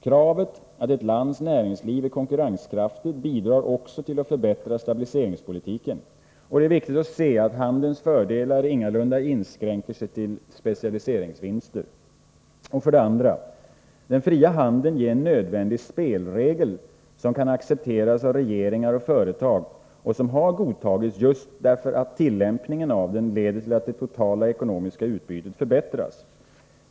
Kravet att ett lands näringsliv är konkurrenskraftigt bidrar också till att förbättra stabiliseringspolitiken. Det är viktigt att se att handelns fördelar ingalunda inskränker sig till specialiseringsvinster. 2. Den fria handeln ger en nödvändig spelregel som kan accepteras av regeringar och företag och som har godtagits just därför att tillämpningen av den leder till att det totala ekonomiska utbytet förbättras.